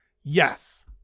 Yes